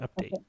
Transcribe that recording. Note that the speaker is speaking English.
update